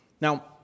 Now